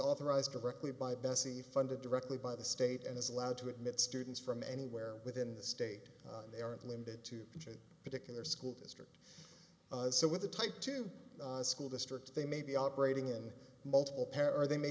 authorized directly by bessie funded directly by the state and is allowed to admit students from anywhere within the state they aren't limited to particular school districts so with the type to school district they may be operating in multiple pair or they may